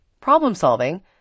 problem-solving